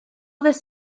this